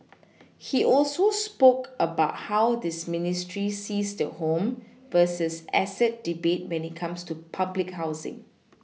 he also spoke about how this ministry sees the home versus asset debate when it comes to public housing